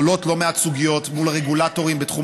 עולות לא מעט סוגיות מול הרגולטורים בתחום